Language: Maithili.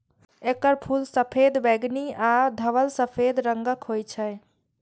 एकर फूल सफेद, बैंगनी आ धवल सफेद रंगक होइ छै